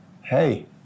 Hey